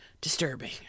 disturbing